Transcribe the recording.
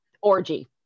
orgy